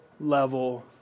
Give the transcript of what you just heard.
level